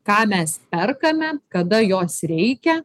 ką mes perkame kada jos reikia